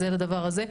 אז זה בעניין הזה.